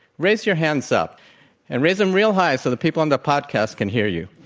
raise your hands up and raise them real high so the people in the podcast can hear you.